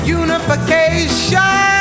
unification